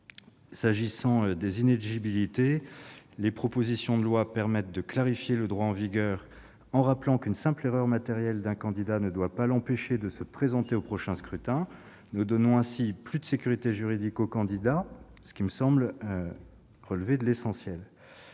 S'agissant des inéligibilités, les propositions de loi permettent de clarifier le droit en vigueur en rappelant qu'une simple erreur matérielle d'un candidat ne doit pas empêcher ce dernier de se présenter aux scrutins suivants. Nous donnons ainsi plus de sécurité juridique aux candidats, ce qui me semble essentiel.